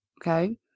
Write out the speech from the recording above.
Okay